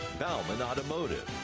baumann automotive.